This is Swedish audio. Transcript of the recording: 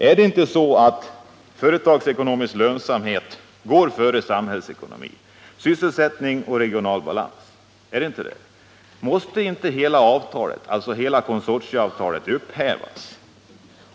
Är det inte så att företagsekonomisk lönsamhet går före samhällsekonomi, sysselsättning och regional balans? Måste inte hela konsortieavtalet upphävas?